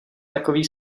takový